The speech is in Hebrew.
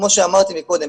כמו שאמרתי קודם,